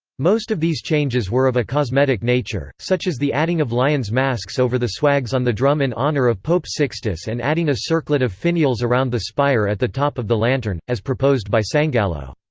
most of these changes were of a cosmetic nature, such as the adding of lion's masks over the swags on the drum in honour of pope sixtus and adding a circlet of finials around the spire at the top of the lantern, as proposed by sangallo.